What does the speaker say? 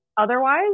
otherwise